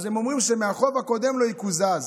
אז הם אומרים שמהחוב הקודם לא יקוזז,